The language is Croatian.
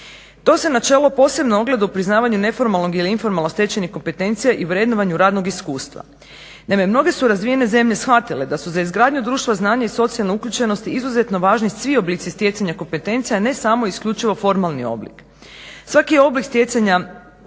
To se načelo posebno ogleda u priznavanju neformalnog ili informalno stečenih kompetencija i vrednovanju radnog iskustva. Naime, mnoge su razvijene zemlje shvatile da su za izgradnju društva znanja i socijalne uključenosti izuzetno važni svi oblici stjecanja kompetencija ne samo i isključivo formalni oblik. Svaki je oblik stjecanja